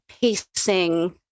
pacing